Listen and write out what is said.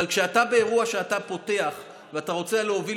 אבל כשאתה באירוע שאתה פותח ואתה רוצה להוביל